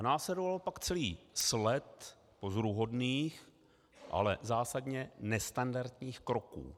Následoval pak celý sled pozoruhodných, ale zásadně nestandardních kroků.